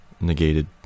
negated